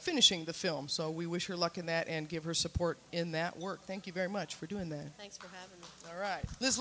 finishing the film so we wish her luck in that and give her support in that work thank you very much for doing the things this